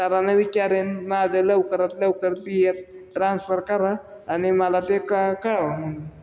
सारांना विचारेन माझा लवकरात लवकर पी एफ ट्रान्स्फर करा आणि मला ते क कळवा म्हणून